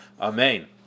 Amen